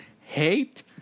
hate